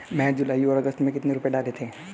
मैंने जुलाई और अगस्त में कितने रुपये डाले थे?